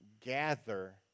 gather